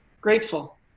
Grateful